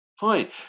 fine